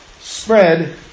spread